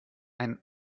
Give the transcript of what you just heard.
einen